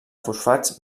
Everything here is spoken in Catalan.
fosfats